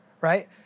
Right